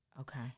Okay